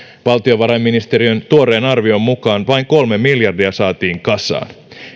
valtiovarainministeriön tuoreen arvion mukaan vain kolme miljardia saatiin kasaan